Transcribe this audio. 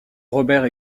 robert